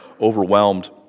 overwhelmed